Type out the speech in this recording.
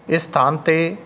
ਇਸ ਸਥਾਨ 'ਤੇ